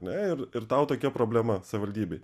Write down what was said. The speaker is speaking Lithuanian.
na ir ir tau tokia problema savivaldybei